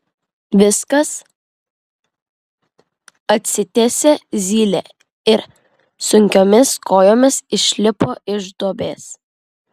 viskas atsitiesė zylė ir sunkiomis kojomis išlipo iš duobės